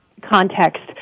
context